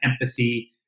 empathy